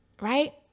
right